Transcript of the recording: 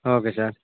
okay sir